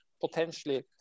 potentially